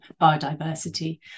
biodiversity